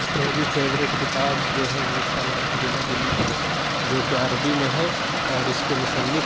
میری فیوریٹ کتاب جو ہے اُس کا نام کلیلہ دمنہ ہے جو کہ عربی میں ہے اور اِس کے مصنف